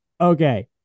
Okay